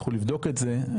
תצטרכו לבדוק את זה,